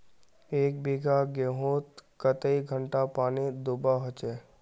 एक बिगहा गेँहूत कई घंटा पानी दुबा होचए?